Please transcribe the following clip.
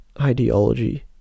ideology